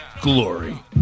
Glory